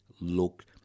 look